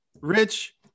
Rich